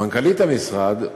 מנכ"לית המשרד,